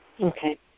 Okay